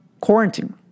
quarantine